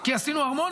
כי עשינו המון,